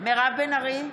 מירב בן ארי,